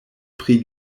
pri